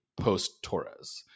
post-Torres